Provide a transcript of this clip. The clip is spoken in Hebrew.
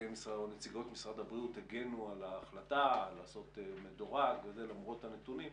נציגות משרד הבריאות הגנה על ההחלטה לעשות מדורג למרות הנתונים.